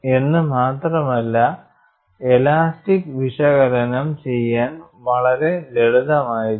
എന്ന് മാത്രമല്ല ഇലാസ്റ്റിക് വിശകലനം ചെയ്യാൻ വളരെ ലളിതമായിരുന്നു